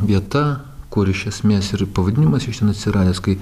vieta kur iš esmės ir pavadinimas iš ten atsiradęs kai